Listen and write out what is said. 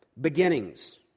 beginnings